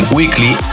weekly